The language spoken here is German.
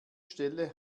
stelle